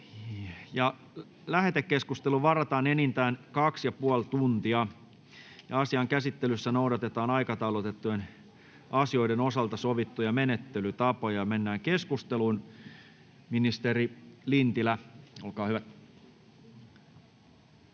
Lähetekeskusteluun varataan enintään kaksi ja puoli tuntia. Asian käsittelyssä noudatetaan aikataulutettujen asioiden osalta sovittuja menettelytapoja. — Ministeri Lintilä, olkaa hyvä.